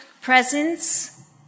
presence